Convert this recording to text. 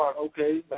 okay